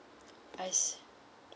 I see